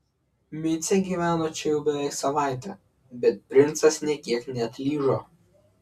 micė gyveno čia jau beveik savaitę bet princas nė kiek neatlyžo